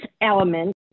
element